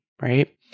right